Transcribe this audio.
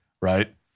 right